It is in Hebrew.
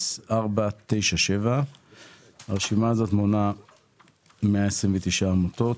2023-000497. הרשימה הזאת מונה 129 עמותות.